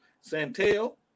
Santel